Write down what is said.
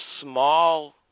small